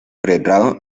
pregrado